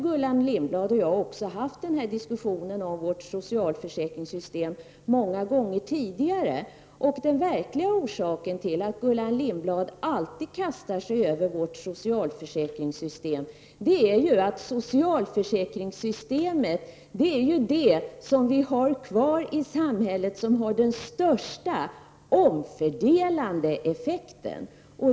Gullan Lindblad och jag har haft diskussionen om vårt socialförsäkringssystem många gånger tidigare. Den verkliga orsaken till att Gullan Lindblad alltid kastar sig över vårt socialförsäkringssystem är att socialförsäkringssystemet är det system i samhället som har den största omfördelande effekten.